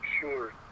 Sure